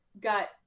got